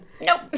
Nope